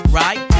right